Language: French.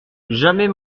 jamais